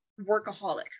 Workaholic